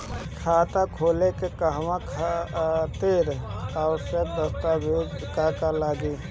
खाता खोले के कहवा खातिर आवश्यक दस्तावेज का का लगी?